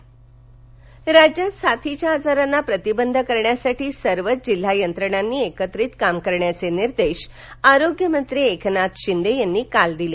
साथीचे रोग राज्यात साथीच्या आजारांना प्रतिबंध करण्यासाठी सर्वच जिल्हा यंत्रणांनी एकत्रित काम करण्याचे निर्देश आरोग्यमंत्री एकनाथ शिंदे यांनी काल दिले